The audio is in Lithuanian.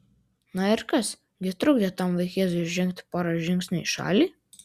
na ir kas gi trukdė tam vaikėzui žengti porą žingsnių į šalį